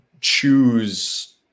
choose